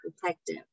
protective